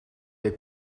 est